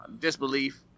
disbelief